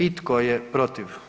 I tko je protiv?